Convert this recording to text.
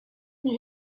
bin